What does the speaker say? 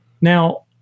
Now